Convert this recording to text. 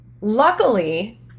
Luckily